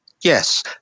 Yes